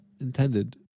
intended